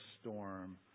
storm